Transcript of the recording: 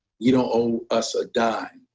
you know us a dime.